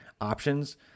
options